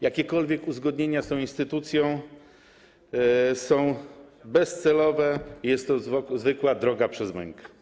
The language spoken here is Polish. Jakiekolwiek uzgodnienia z tą instytucją są bezcelowe, jest to zwykła droga przez mękę.